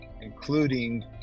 including